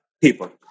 people